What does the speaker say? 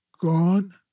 Gone